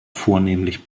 vornehmlich